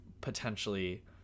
potentially